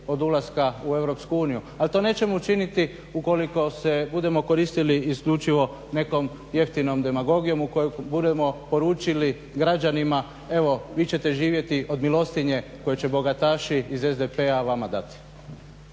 od ulaska u EU, ali to nećemo učiniti ukoliko se budemo koristili isključivo nekom jeftinom demagogijom ukoliko budemo poručili građanima, evo vi ćete živjeti od milostinje koju će bogataši iz SDP-a vama dati.